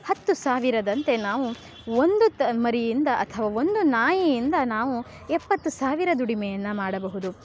ಹತ್ತು ಸಾವಿರದಂತೆ ನಾವು ಒಂದು ತ್ ಮರಿಯಿಂದ ಅಥವಾ ಒಂದು ನಾಯಿಯಿಂದ ನಾವು ಎಪ್ಪತ್ತು ಸಾವಿರ ದುಡಿಮೆಯನ್ನು ಮಾಡಬಹುದು